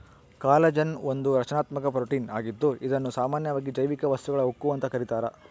collagen ಒಂದು ರಚನಾತ್ಮಕ protein ಆಗಿದ್ದು ಇದುನ್ನ ಸಾಮಾನ್ಯವಾಗಿ ಜೈವಿಕ ವಸ್ತುಗಳ ಉಕ್ಕು ಅಂತ ಕರೀತಾರ